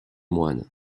moines